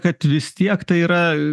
kad vis tiek tai yra